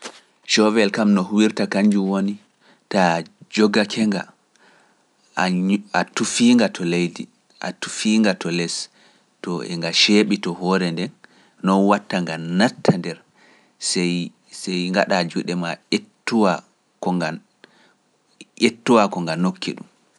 Cooveel kam no huwirta kanjum woni, taa jogake nga, a tufi nga to leydi, a tufi nga to les, to e nga seeɓi to hoore nden, no watta nga natta nder, sey ngaɗa jooɗema ƴettuwa ko nga nokki ɗum.